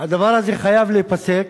הדבר הזה חייב להיפסק,